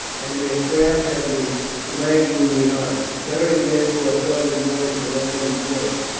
and their craft had been lagging behind. beric therefore thought it well to land at once.